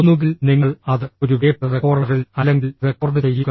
ഒന്നുകിൽ നിങ്ങൾ അത് ഒരു ടേപ്പ് റെക്കോർഡറിൽ അല്ലെങ്കിൽ റെക്കോർഡ് ചെയ്യുക